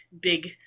big